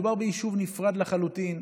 מדובר ביישוב נפרד לחלוטין.